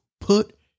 put